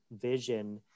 vision